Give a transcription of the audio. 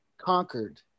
conquered